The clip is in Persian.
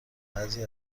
بعضی